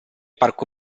parco